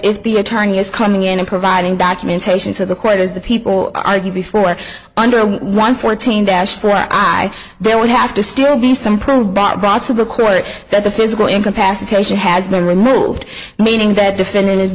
if the attorney is coming in and providing documentation to the quote is the people argue before under one fourteen dash for i there would have to still be some proof bought brought to the court that the physical incapacitation has been removed meaning that defendant